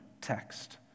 text